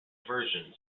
version